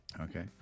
Okay